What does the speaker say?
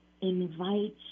invites